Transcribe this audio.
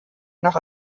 noch